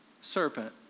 serpent